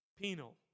Penal